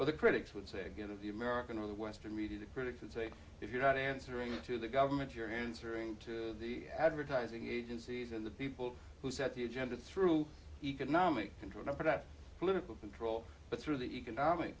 well the critics would say again of the american or the western media the critics and say if you're not answering to the government your hands are into the advertising agencies and the people who set the agenda through economic control over that political control but through the economic